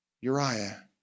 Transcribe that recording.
Uriah